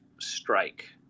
strike